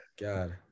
God